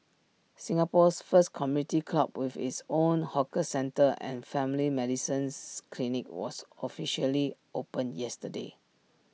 Singapore's first community club with its own hawker centre and family medicine's clinic was officially opened yesterday